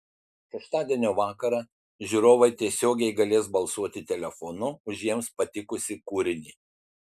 šeštadienio vakarą žiūrovai tiesiogiai galės balsuoti telefonu už jiems patikusį kūrinį